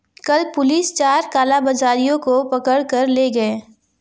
कल पुलिस चार कालाबाजारियों को पकड़ कर ले गए